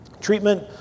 treatment